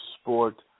sport